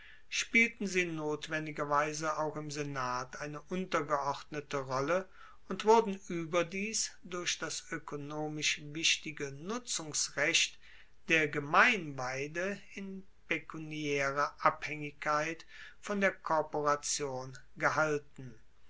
spielten sie notwendigerweise auch im senat eine untergeordnete rolle und wurden ueberdies durch das oekonomisch wichtige nutzungsrecht der gemeinweide in pekuniaerer abhaengigkeit von der korporation gehalten